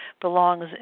belongs